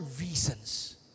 reasons